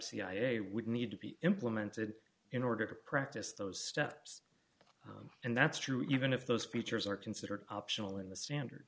cia would need to be implemented in order to practice those steps and that's true even if those features are considered optional in the standard